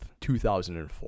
2004